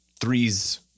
Three's